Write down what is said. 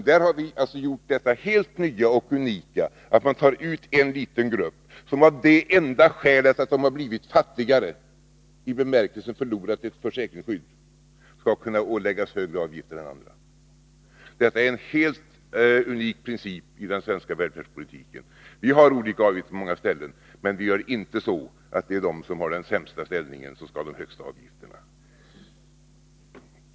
Där har vi alltså gjort detta helt nya och unika — att man tar ut en liten grupp människor, som av det enda skälet att de har blivit fattigare, i den bemärkelsen att de förlorat ett försäkringsskydd, skall kunna åläggas högre avgifter än andra. Detta är en helt unik princip i den svenska välfärdspolitiken. Vi har olika avgifter på många ställen, men inte så att det är de som har den sämsta ställningen som skall betala de högsta avgifterna.